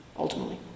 Ultimately